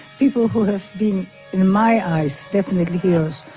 people who have been in my eyes definitely heroes,